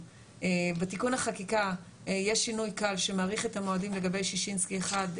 בתיקון החקיקה יש שינוי קל שמאריך את המועדים לגבי שישינסקי 1,